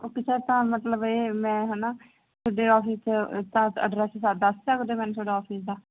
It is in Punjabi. ਓਕੇ ਸਰ ਤਾਂ ਮਤਲਬ ਇਹ ਮੈਂ ਹਨਾ ਦੱਸ ਸਕਦੇ ਮੈਨੇ ਤੁਹਾਡਾ ਆਫਿਸ ਦਾ